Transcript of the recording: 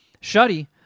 Shuddy